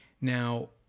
Now